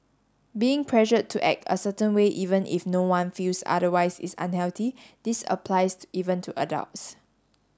being pressured to act a certain way even if no one feels otherwise is unhealthy this applies even to adults